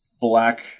black